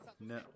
No